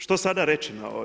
Što sada reći?